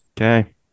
okay